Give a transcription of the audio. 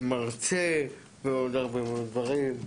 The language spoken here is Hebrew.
מרצה ועוד הרבה דברים.